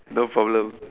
no problem